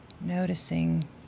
Noticing